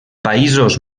països